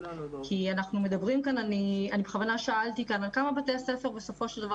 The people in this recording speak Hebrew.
אני בכוונה שאלתי כאן על כמה בתי ספר בסופו של דבר